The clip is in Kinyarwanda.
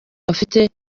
bafite